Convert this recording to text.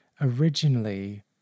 originally